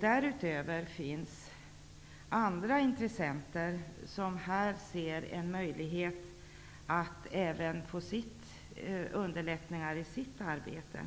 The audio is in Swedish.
Därutöver finns andra intressenter som här ser en möjlighet att underlätta sitt arbete.